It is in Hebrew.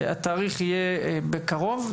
התאריך יהיה בקרוב.